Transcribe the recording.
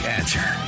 answer